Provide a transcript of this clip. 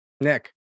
Nick